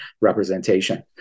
representation